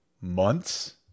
months